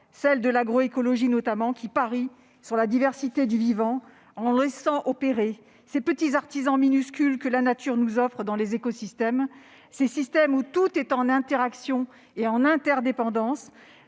voies, l'agroécologie par exemple, celles qui parient sur la diversité du vivant, en laissant opérer les petits artisans minuscules que la nature nous offre dans les écosystèmes, où tout est en interaction et en interdépendance